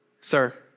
Sir